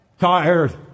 Tired